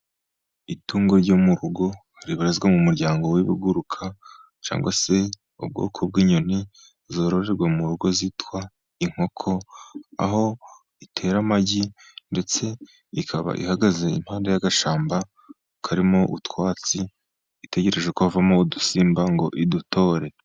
Itungo ryo mu rugo ribarizwa mu muryango w'ibiguruka cyangwa se ubwoko bw'inyoni zororerwa mu rugo zitwa inkoko, aho itera amagi ndetse ikaba ihagaze impande y'agashyamba karimo utwatsi itegereje ko havamo udusimba ngo idutore.